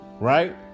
Right